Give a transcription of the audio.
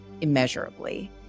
immeasurably